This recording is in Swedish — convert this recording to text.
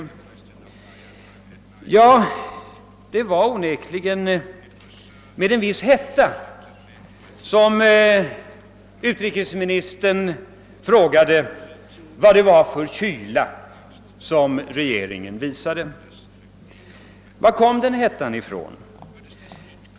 Utrikesministern frågade onekligen med en viss hetta vad det var för kyla regeringen hade visat. Varifrån kom denna hetta?